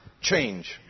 change